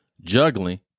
juggling